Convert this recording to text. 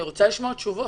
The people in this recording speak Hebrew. אני רוצה לשמוע תשובות.